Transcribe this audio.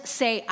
say